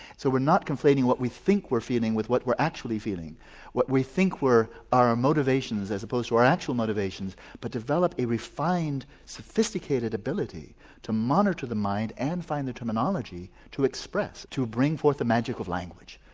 so we're not conflating what we think we're feeling with what we're actually feeling what we think were our ah motivations as opposed to our actual motivations but develop a refined, sophisticated ability to monitor the mind and find the terminology to express, to bring forth the magic of language.